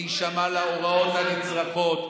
להישמע להוראות הנצרכות,